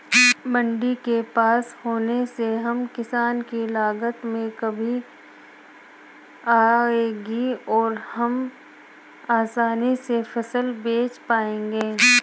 मंडी के पास होने से हम किसान की लागत में कमी आएगी और हम आसानी से फसल बेच पाएंगे